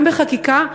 גם בחקיקה,